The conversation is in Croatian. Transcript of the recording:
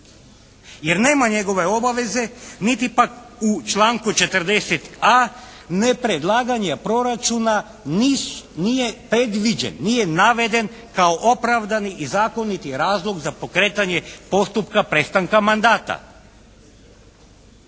jer nema njegove obaveze niti pak u članku 40.a nepredlaganje proračuna nije predviđen, nije naveden kao opravdani i zakoniti razlog za pokretanje postupka prestanka mandata.